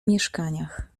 mieszkaniach